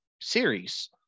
series